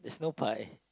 there's no pie